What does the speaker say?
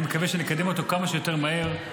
אני מקווה שנקדם אותו כמה שיותר מהר,